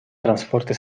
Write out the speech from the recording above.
transporte